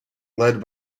led